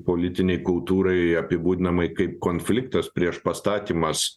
politinei kultūrai apibūdinamai kaip konfliktas priešpastatymas